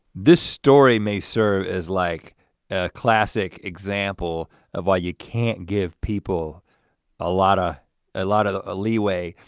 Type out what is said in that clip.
this story may serve as like a classic example of why you can't give people a lot ah ah lot of ah leeway.